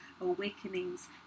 awakenings